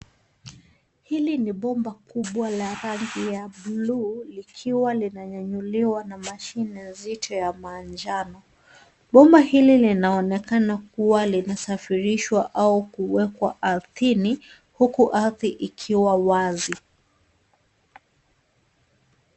Hili ni bomba kubwa la rangi ya buluu likiwa linanyanyuliwa na mashine nzito ya manijano. Bomba hili linaonekana kuwa linasafirishwa au kuwekwa ardhini huku ardhi ikiwa wazi.